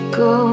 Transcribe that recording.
go